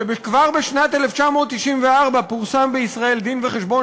וכבר בשנת 1994 פורסם בישראל דין-וחשבון